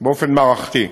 באופן מערכתי.